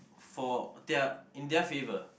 for their in their favor